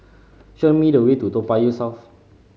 show me the way to Toa Payoh South